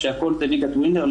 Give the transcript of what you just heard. כשהכול זה ליגת ווינר,